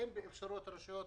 אין באפשרות הרשויות